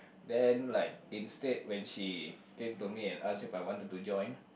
then like instead when she came to me and ask if I wanted to join